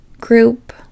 group